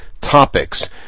topics